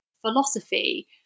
philosophy